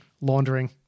laundering